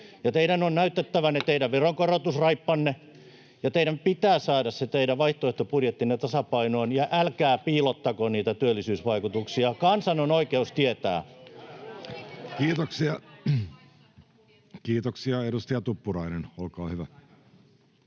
ne teidän veronkorotusraippanne, ja teidän pitää saada se teidän vaihtoehtobudjettinne tasapainoon — ja älkää piilottako niitä työllisyysvaikutuksia, kansalla on oikeus tietää. [Mari Rantasen välihuuto] Kiitoksia. — Edustaja Tuppurainen, olkaa hyvä.